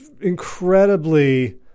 incredibly